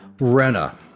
rena